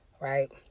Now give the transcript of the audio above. right